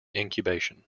incubation